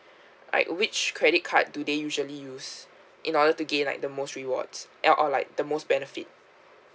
like which credit card do they usually use in order to gain like the most rewards eh or like the most benefit